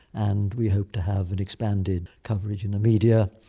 and we hope to have an expanded coverage in the media.